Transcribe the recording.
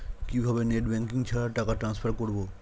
কিভাবে net banking ছাড়া টাকা টান্সফার করব?